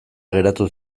geratu